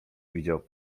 widział